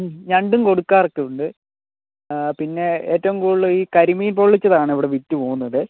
ഞണ്ടും കൊടുക്കാറൊക്കെയുണ്ട് പിന്നെ ഏറ്റവും കൂടുതൽ ഈ കരിമീൻ പൊള്ളിച്ചതാണ് ഇവിടെ വിറ്റ് പോവുന്നത്